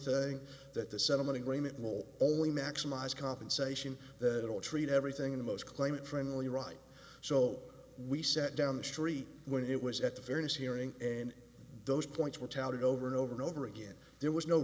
thing that the settlement agreement will only maximize compensation that all treat everything in the most claimant friendly right so we set down the street when it was at the fairness hearing and those points were touted over and over and over again there was no